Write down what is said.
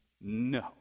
No